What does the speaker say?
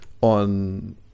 on